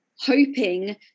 hoping